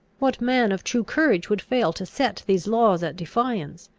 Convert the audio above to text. what man of true courage would fail to set these laws at defiance,